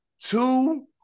Two